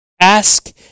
Ask